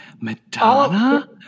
Madonna